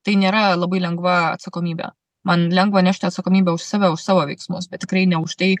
tai nėra labai lengva atsakomybė man lengva nešti atsakomybę už save už savo veiksmus bet tikrai ne už tai